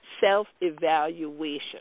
self-evaluation